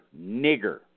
nigger